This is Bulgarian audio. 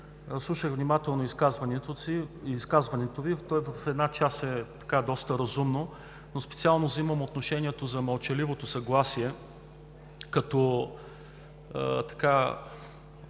Слушах внимателното изказването Ви. В едната му част е доста разумно, но специално взимам отношение за мълчаливото съгласие, като кмет